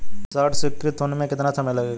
ऋण स्वीकृत होने में कितना समय लगेगा?